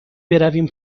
برویم